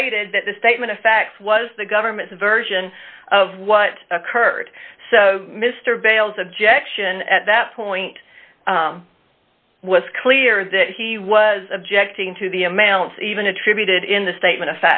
stated that the statement effect was the government's version of what occurred so mr vail's objection at that point was clear that he was objecting to the amount even attributed in the statement of